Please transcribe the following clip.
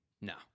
no